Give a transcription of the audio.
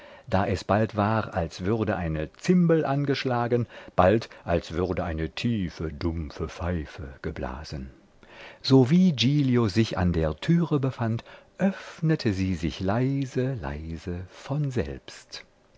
da es bald war als würde eine zimbel angeschlagen bald als würde eine tiefe dumpfe pfeife geblasen sowie giglio sich an der türe befand öffnete sie sich leise leise von selbst